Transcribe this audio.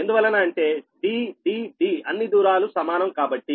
ఎందువలన అంటే d d d అన్ని దూరాలు సమానం కాబట్టి